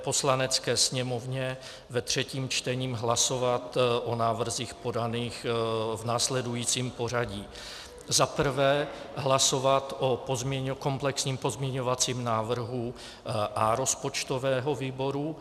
Poslanecké sněmovně ve třetím čtení hlasovat o návrzích podaných v následujícím pořadí: Za prvé hlasovat o komplexním pozměňovacím návrhu rozpočtového výboru.